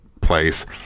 place